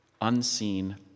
Unseen